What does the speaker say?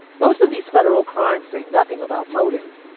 most of these federal crimes say nothing about motive.